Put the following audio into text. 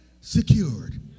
secured